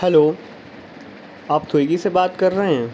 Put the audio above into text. hello آپ سوئیگی سے بات کر رہے ہیں